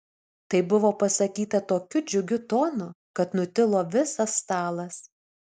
tai buvo pasakyta tokiu džiugiu tonu kad nutilo visas stalas